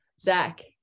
Zach